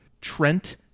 Trent